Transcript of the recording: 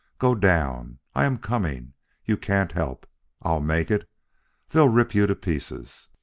go down! i am coming you can't help i'll make it they'll rip you to pieces